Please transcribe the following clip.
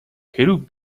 хэрэв